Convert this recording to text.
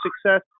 Success